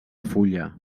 fulla